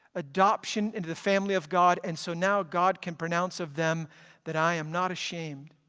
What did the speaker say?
adoption into the family of god, and so now god can pronounce of them that i am not ashamed